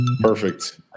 perfect